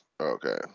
Okay